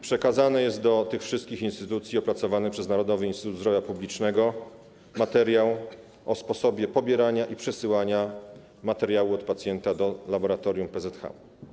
Przekazano do tych wszystkich instytucji opracowany przez Narodowy Instytut Zdrowia Publicznego materiał o sposobie pobierania i przesyłania materiału od pacjenta do laboratorium PZH.